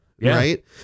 Right